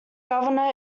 governor